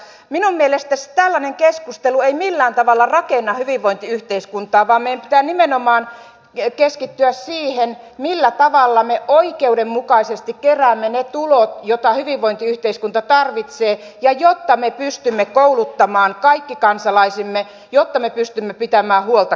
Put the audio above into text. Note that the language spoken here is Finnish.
minun mielestäni tällainen keskustelu ei millään tavalla rakenna hyvinvointiyhteiskuntaa vaan meidän pitää nimenomaan keskittyä siihen millä tavalla me oikeudenmukaisesti keräämme ne tulot joita hyvinvointiyhteiskunta tarvitsee jotta me pystymme kouluttamaan kaikki kansalaisemme jotta me pystymme pitämään huolta kaikista